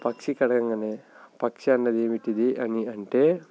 పక్షికి అడగంగానే పక్షి అన్నది ఏమిటిది అని అంటే